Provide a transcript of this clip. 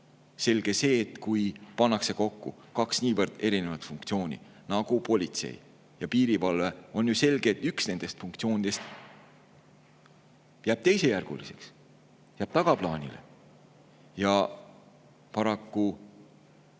asutus, kus pannakse kokku kaks niivõrd erinevat funktsiooni nagu politsei ja piirivalve, on ju selge, et üks nendest funktsioonidest jääb teisejärguliseks, jääb tagaplaanile – paraku see